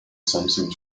something